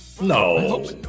No